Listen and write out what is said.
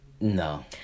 No